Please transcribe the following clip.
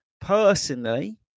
personally